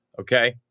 okay